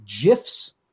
GIFs